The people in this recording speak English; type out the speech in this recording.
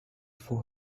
for